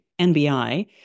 NBI